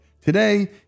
Today